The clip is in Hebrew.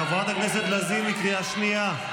חברת הכנסת לזימי, קריאה שנייה.